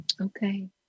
Okay